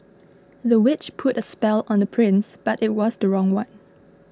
the witch put a spell on the prince but it was the wrong one